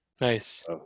Nice